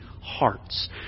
hearts